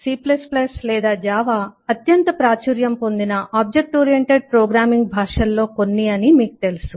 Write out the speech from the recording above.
C లేదా Java అత్యంత ప్రాచుర్యం పొందిన ఆబ్జెక్ట్ ఓరియంటెడ్ ప్రోగ్రామింగ్ భాషలలో కొన్ని అని మీకు తెలుసు